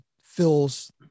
fills